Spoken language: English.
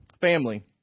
family